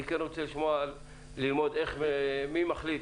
אני רוצה ללמוד מי מחליט